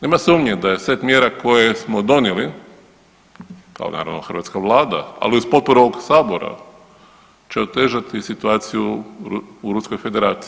Nema sumnje da je set mjera koje smo donijeli kao naravno hrvatska Vlada ali uz potporu ovog Sabora će otežati situaciju u Ruskoj federaciji.